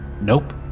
Nope